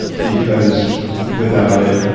because without it,